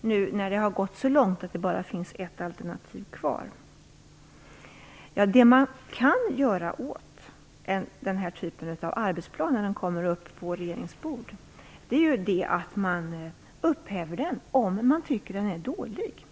nu när det har gått så långt att det bara finns ett alternativ kvar? Ja, det man kan göra åt den här typen av arbetsplan när den kommer upp på regeringens bord är att upphäva den, om man tycker att den är dålig.